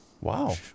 Wow